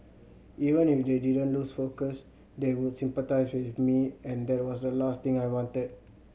even if they didn't lose focus they would sympathise with me and that was the last thing I wanted